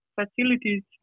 facilities